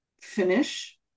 finish